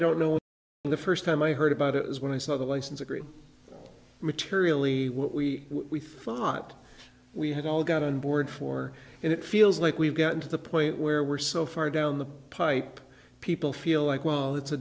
don't know what the first time i heard about it was when i saw the license agree materially what we we thought we had all got on board for and it feels like we've gotten to the point where we're so far down the pipe people feel like well it's a